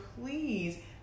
please